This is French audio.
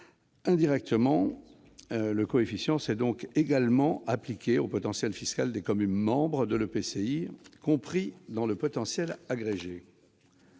Indirectement, le coefficient s'est donc également appliqué au potentiel fiscal des communes membres de l'EPCI, compris dans le potentiel fiscal